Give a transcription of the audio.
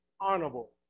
honorable